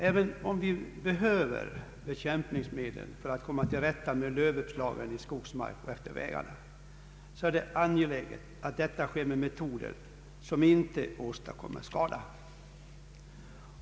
Även om vi behöver bekämpningsmedel för att komma till rätta med lövuppslagen i skogsmark och utefter vägarna, är det angeläget att bekämpningen sker med metoder som inte åstadkommer skada.